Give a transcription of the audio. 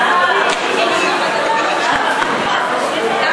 בניגוד לתקנון.